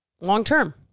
long-term